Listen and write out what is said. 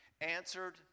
answered